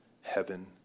heaven